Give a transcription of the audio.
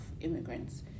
immigrants